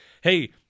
hey